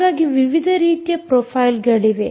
ಹಾಗಾಗಿ ವಿವಿಧ ರೀತಿಯ ಪ್ರೊಫೈಲ್ಗಳಿವೆ